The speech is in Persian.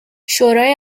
شورای